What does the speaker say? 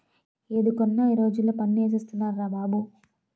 ఏది కొన్నా ఈ రోజుల్లో పన్ను ఏసేస్తున్నార్రా బాబు